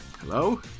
hello